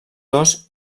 dos